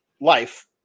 life